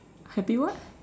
happy what